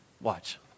Watch